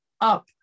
up